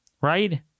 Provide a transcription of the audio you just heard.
right